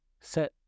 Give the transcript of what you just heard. set